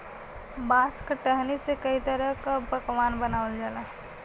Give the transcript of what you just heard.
बांस क टहनी से कई तरह क पकवान बनावल जाला